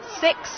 six